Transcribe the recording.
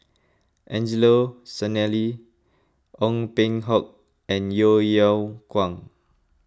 Angelo Sanelli Ong Peng Hock and Yeo Yeow Kwang